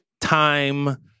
Time